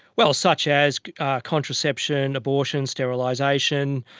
well, such as contraception, abortion, sterilisation,